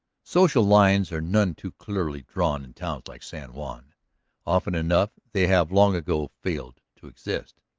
social lines are none too clearly drawn in towns like san juan often enough they have long ago failed to exist.